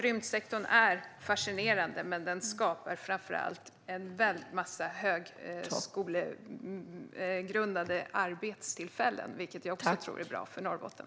Rymdsektorn är fascinerande, men framför allt skapar den en väldig massa högskolegrundade arbetstillfällen - vilket jag också tror är bra för Norrbotten.